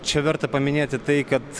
čia verta paminėti tai kad